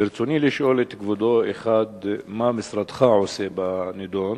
ברצוני לשאול את כבודו: 1. מה משרדך עושה בנדון?